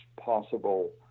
possible